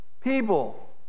people